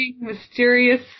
mysterious